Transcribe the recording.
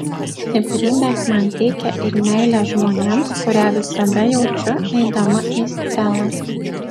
stiprybės man teikia ir meilė žmonėms kurią visada jaučiu eidama į sceną